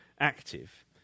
Active